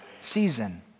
season